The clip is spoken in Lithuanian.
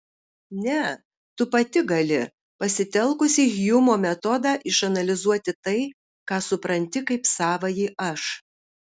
ne tu pati gali pasitelkusi hjumo metodą išanalizuoti tai ką supranti kaip savąjį aš